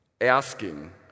Asking